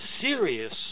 serious